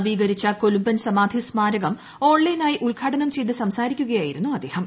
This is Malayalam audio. നവീകരിച്ച കൊലുമ്പൻ സമാധി സ്മാരകം ഓൺലൈനായി ഉദ്ഘാടനം ചെയ്തു സംസാരിക്കുകയായിരുന്നു അദ്ദേഹം